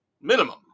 minimum